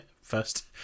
first